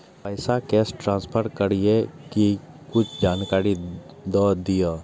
पैसा cash transfer करऐ कि कुछ जानकारी द दिअ